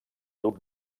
duc